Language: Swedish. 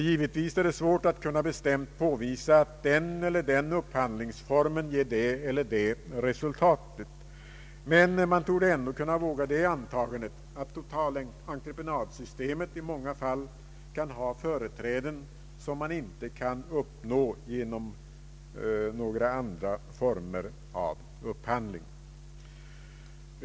Givetvis är det svårt att bestämt påvisa att den eller den upphandlingsformen ger det eller det resultatet, men man torde ändå kunna våga det antagandet att totalentreprenadsystemet i många fall har företräden som inte kan uppnås genom några andra former av upphandling.